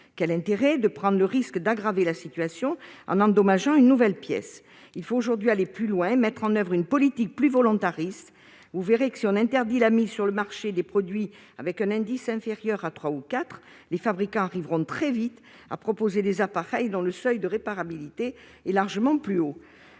enfin, à prendre le risque d'aggraver la situation en endommageant une nouvelle pièce ? Il faut donc aujourd'hui aller plus loin et mettre en oeuvre une politique plus volontariste. Vous verrez que, si l'on interdit la mise sur le marché des produits dont l'indice de réparabilité est inférieur à 3 ou à 4, les fabricants parviendront très vite à proposer des appareils dont le seuil de réparabilité sera largement plus haut